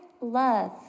love